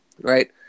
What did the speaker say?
right